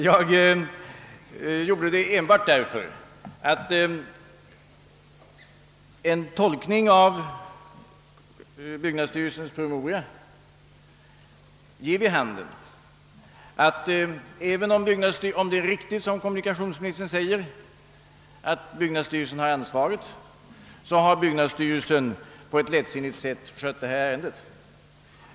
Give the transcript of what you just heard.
Jag gjorde det enbart därför att en tolkning av byggnadsstyrelsens promemoria ger vid handen att byggnadsstyrelsen, även om det är riktigt som kommunikationsministern säger att byggnadsstyrelsen har ansvaret, på ett lättsinnigt sätt har skött ärendet.